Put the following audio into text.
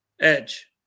Edge